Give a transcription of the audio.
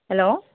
hello